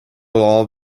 all